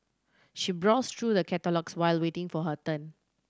she browsed through the catalogues while waiting for her turn